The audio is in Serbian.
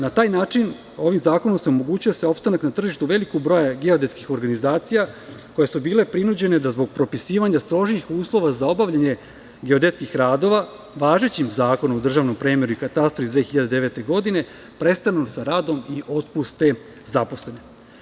Na taj način, ovim zakonom sam omogućio se opstanak na tržištu za veliki broj geodetskih organizacija, koje su bile prinuđene da zbog propisivanja strožijih uslova za obavljanje geodetskih radova važećim Zakonom o državnom premeru i katastru iz 2009. godine prestanu sa radom i otpuste zakone.